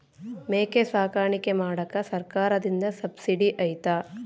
ಮೇಕೆ ಸಾಕಾಣಿಕೆ ಮಾಡಾಕ ಸರ್ಕಾರದಿಂದ ಸಬ್ಸಿಡಿ ಐತಾ?